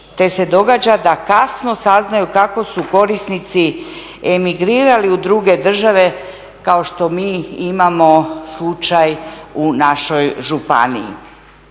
te se događa da kasno saznaju kako su korisnici emigrirali u druge države kao što mi imamo slučaj u našoj županiji,